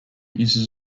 uses